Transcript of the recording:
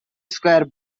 square